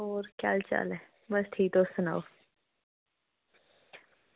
होर केह् हाल चाल ऐ बस ठीक तुस सनाओ